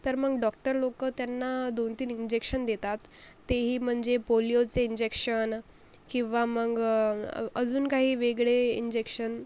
तर मग डॉक्टर लोक त्यांना दोन तीन इंजेक्शन देतात तेही म्हणजे पोलिओचे इंजेक्शन किंवा मग अजून काही वेगळे इंजेक्शन